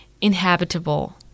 inhabitable